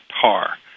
tar